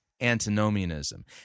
antinomianism